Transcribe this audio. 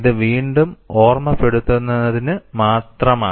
ഇത് വീണ്ടും ഓർമ്മപ്പെടുത്തുന്നതിന് മാത്രമാണ്